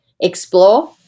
explore